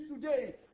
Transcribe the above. today